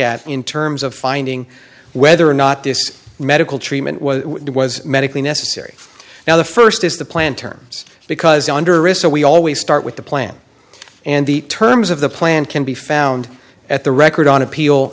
at in terms of finding whether or not this medical treatment was medically necessary now the st is the plan terms because under arista we always start with the plan and the terms of the plan can be found at the record on appeal